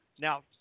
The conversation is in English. now